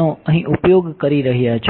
નો અહીં ઉપયોગ કરી રહ્યા છો